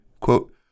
quote